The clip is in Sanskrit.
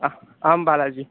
आ आम् बालाजी